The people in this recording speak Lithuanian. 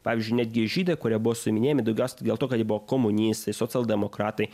pavyzdžiui netgi žydai kurie buvo suiminėjami daugiausia tik dėl to kad jie buvo komunistai socialdemokratai